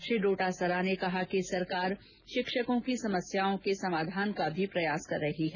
श्री डोटासरा ने कहा कि सरकार शिक्षकों की समस्याओं के समाधान के लिए भी प्रयास कर रही है